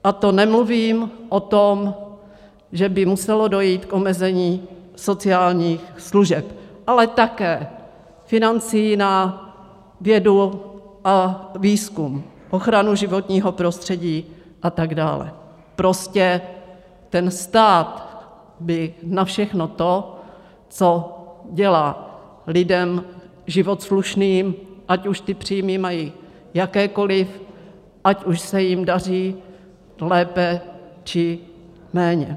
A to nemluvím o tom, že by muselo dojít k omezení sociálních služeb, ale také financí na vědu a výzkum, ochranu životního prostředí a tak dále, prostě ten stát by na všechno to, co dělá lidem život slušným, ať už ty příjmy mají jakékoliv, ať už se jim daří lépe, či méně.